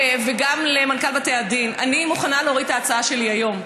וגם למנכ"ל בתי הדין: אני מוכנה להוריד את ההצעה שלי היום,